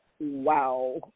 wow